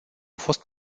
fost